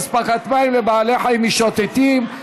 אספקת מים לבעלי חיים משוטטים).